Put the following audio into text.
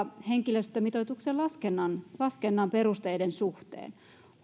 henkilöstömitoituksen laskennan laskennan perusteiden suhteen